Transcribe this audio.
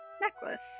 necklace